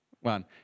one